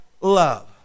love